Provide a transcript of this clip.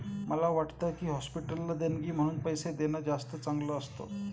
मला वाटतं की, हॉस्पिटलला देणगी म्हणून पैसे देणं जास्त चांगलं असतं